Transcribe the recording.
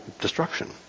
destruction